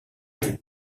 elle